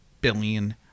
billion